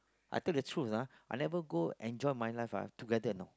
I tell the truth ah I never go enjoy my life ah together you know